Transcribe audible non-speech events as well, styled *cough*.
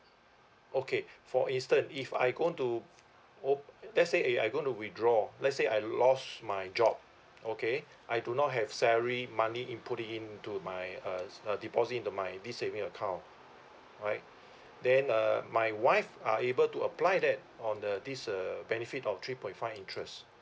okay *breath* for instance if I'm going to o~ let's say I'm going to withdraw let's say I lost my job okay I do not have salary monthly input into my uh deposit into my this saving account right *breath* then uh my wife are able to apply that on the this uh benefit of three point five interest